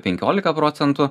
penkiolika procentų